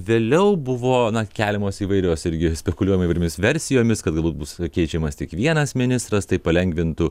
vėliau buvo keliamos įvairios irgi spekuliuojama įvairiomis versijomis kad galbūt bus keičiamas tik vienas ministras tai palengvintų